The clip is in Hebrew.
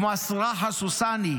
כמו השרח הסוסאני,